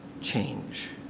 change